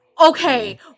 okay